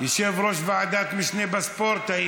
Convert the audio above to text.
היית יושב-ראש ועדת משנה בספורט.